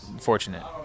fortunate